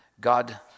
God